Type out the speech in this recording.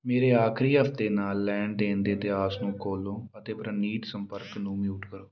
ਮੇਰੇ ਆਖਰੀ ਹਫ਼ਤੇ ਨਾਲ ਲੈਣ ਦੇਣ ਦੇ ਇਤਿਹਾਸ ਨੂੰ ਖੋਲੋ ਅਤੇ ਪ੍ਰਨੀਤ ਸੰਪਰਕ ਨੂੰ ਮਿਊਟ ਕਰੋ